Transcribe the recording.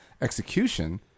execution